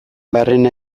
barrena